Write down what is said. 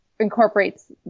incorporates